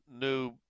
new